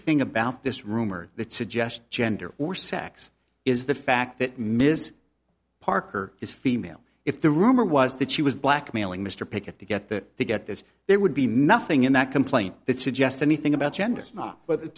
thing about this rumor that suggests gender or sex is the fact that miss parker is female if the rumor was that she was blackmailing mr pickett to get that they get this there would be nothing in that complaint that suggests anything about gender is not